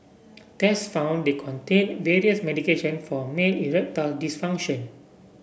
tests found they contained various medication for male erectile dysfunction